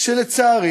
שלצערי